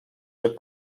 czy